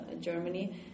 Germany